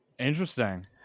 interesting